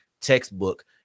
textbook